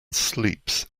sleeps